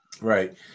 Right